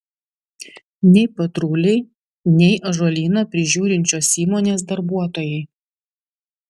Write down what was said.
nei patruliai nei ąžuolyną prižiūrinčios įmonės darbuotojai